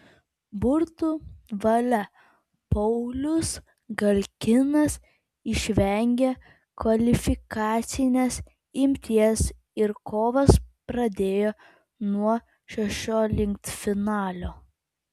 burtų valia paulius galkinas išvengė kvalifikacinės imties ir kovas pradėjo nuo šešioliktfinalio